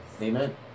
Amen